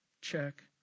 Check